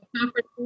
conference